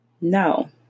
No